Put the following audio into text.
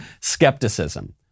skepticism